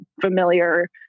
familiar